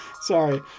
Sorry